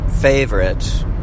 favorite